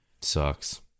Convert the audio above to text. Sucks